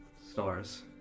stars